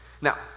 now